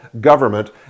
government